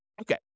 Okay